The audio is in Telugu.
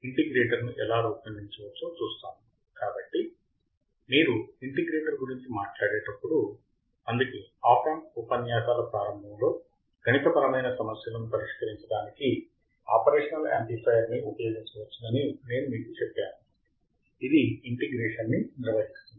ఇంటిగ్రేటర్ను ఎలా రూపొందించవచ్చో చూస్తాము కాబట్టి మీరు ఇంటిగ్రేటర్ గురించి మాట్లాడేటప్పుడు అందుకే ఆప్ యాంప్ ఉపన్యాసాల ప్రారంభంలో గణితపరమైన సమస్యలను పరిష్కరించడానికి ఆపరేషనల్ యాంప్లిఫైయర్ ని ఉపయోగించవచ్చని నేను మీకు చెప్పాను ఇది ఇంటిగ్రేషన్ ని నిర్వహిస్తుంది